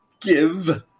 give